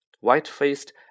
white-faced